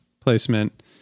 placement